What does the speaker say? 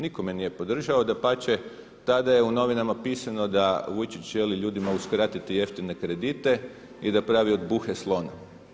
Nitko me nije podržao, dapače, tada je u novinama pisano da Vujčić želi ljudima uskratiti jeftine kredite i da pravi od buhe slona.